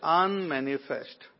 unmanifest